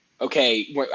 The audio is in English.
okay